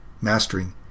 mastering